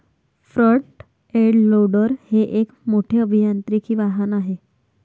front end loader हे एक मोठे अभियांत्रिकी वाहन आहे